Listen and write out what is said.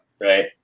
right